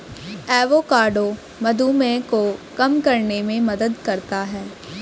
avocado मधुमेह को कम करने में मदद करता है